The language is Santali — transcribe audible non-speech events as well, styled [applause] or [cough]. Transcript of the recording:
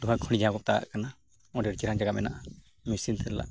[unintelligible] ᱡᱟᱦᱟᱸ ᱵᱚᱱ ᱢᱮᱛᱟᱜ ᱠᱟᱱᱟ ᱚᱸᱰᱮ ᱟᱹᱰᱤ ᱪᱮᱦᱨᱟᱱ ᱡᱟᱭᱜᱟ ᱢᱮᱱᱟᱜᱼᱟ ᱢᱮᱹᱥᱤᱱ ᱛᱮ ᱞᱟᱜ